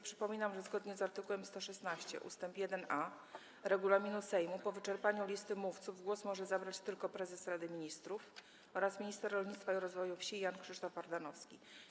Przypominam, że zgodnie z art. 116 ust. 1a regulaminu Sejmu po wyczerpaniu listy mówców głos może zabrać tylko prezes Rady Ministrów oraz minister rolnictwa i rozwoju wsi Jan Krzysztof Ardanowski.